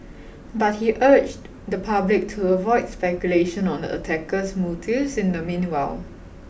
but he urged the public to avoid speculation on the attacker's motives in the meanwhile